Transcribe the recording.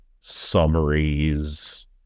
summaries